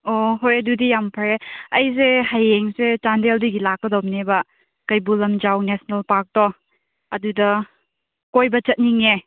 ꯑꯣ ꯍꯣꯏ ꯑꯗꯨꯗꯤ ꯌꯥꯝ ꯐꯔꯦ ꯑꯩꯁꯦ ꯍꯌꯦꯡꯁꯦ ꯆꯟꯗꯦꯜꯗꯒꯤ ꯂꯥꯛꯀꯗꯕꯅꯦꯕ ꯀꯩꯕꯨꯜ ꯂꯝꯖꯥꯎ ꯅꯦꯁꯅꯦꯜ ꯄꯥꯔꯛꯇꯣ ꯑꯗꯨꯗ ꯀꯣꯏꯕ ꯆꯠꯅꯤꯡꯉꯦ